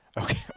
Okay